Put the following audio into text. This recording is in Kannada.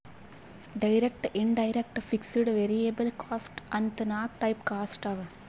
direct, indirect, fixed, variable cost ಅಂತ್ ನಾಕ್ ಟೈಪ್ ಕಾಸ್ಟ್ ಅವಾ